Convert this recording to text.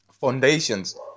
foundations